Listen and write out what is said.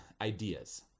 ideas